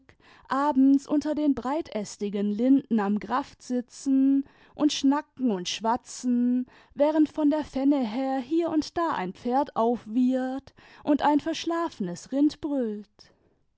abends unter den breitästigen linden am graft sitzen und schnacken und schwatzen während von der fenne her hier und da ein pferd aufwiehert und ein verschlafenes rind brüllt